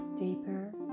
Deeper